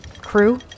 Crew